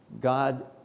God